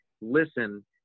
listen